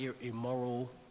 immoral